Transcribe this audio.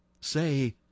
SAY